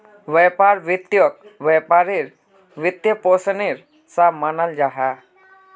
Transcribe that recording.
व्यापार वित्तोक व्यापारेर वित्त्पोशानेर सा मानाल जाहा